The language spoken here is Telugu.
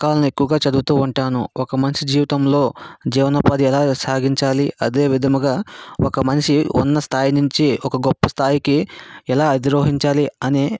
పుస్తకాలని ఎక్కువగా చదువుతూ ఉంటాను ఒక మనిషి జీవితంలో జీవన ఉపాధి ఎలా సాగించాలి అదేవిధంగా ఒక మనిషి ఉన్న స్థాయి నుంచి ఒక గొప్ప స్థాయికి ఎలా అధిరోహించాలి అనే